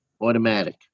automatic